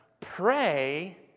pray